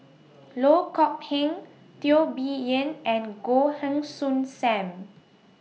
Loh Kok Heng Teo Bee Yen and Goh Heng Soon SAM